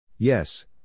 Yes